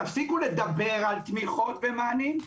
תפסיקו לדבר על תמיכות ומענים,